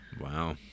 Wow